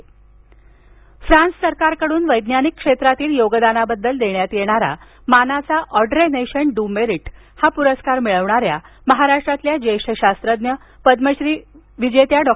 मुख्यमंत्री अभिनंदन फ्रान्स सरकारकडून वैज्ञानिक क्षेत्रातील योगदानाबद्दल देण्यात येणारा मानाचा ऑड्रे नेशन डू मेरिट हा पुरस्कार मिळवणाऱ्या महाराष्ट्रातल्या ज्येष्ठ शास्त्रज्ञ पद्मश्री डॉ